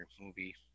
movie